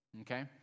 Okay